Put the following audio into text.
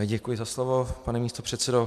Děkuji za slovo, pane místopředsedo.